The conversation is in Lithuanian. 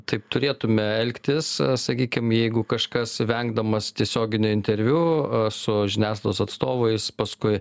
taip turėtume elgtis sakykim jeigu kažkas vengdamas tiesioginio interviu su žiniasklaidos atstovais paskui